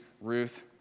Ruth